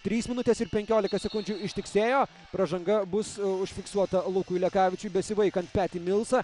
trys minutės ir penkiolika sekundžių ištiksėjo pražanga bus užfiksuota lukui lekavičiui besivaikant petį milsą